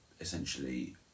essentially